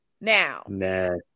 Now